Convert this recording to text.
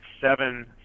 seven